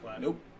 nope